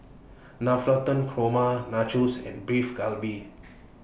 Navratan Korma Nachos and Beef Galbi